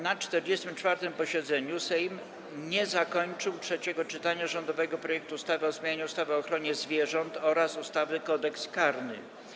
Na 44. posiedzeniu Sejm nie zakończył trzeciego czytania rządowego projektu ustawy o zmianie ustawy o ochronie zwierząt oraz ustawy Kodeks karny.